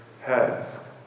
heads